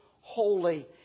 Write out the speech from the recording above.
Holy